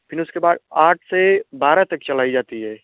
फिर उसके बाद आठ से बारह तक चलाई जाती है